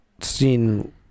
seen